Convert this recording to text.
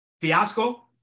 fiasco